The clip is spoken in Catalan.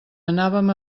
anàvem